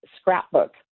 scrapbook